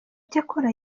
icyakora